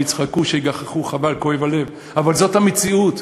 שיצחקו, שיגחכו, חבל, כואב הלב, אבל זאת המציאות,